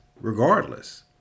regardless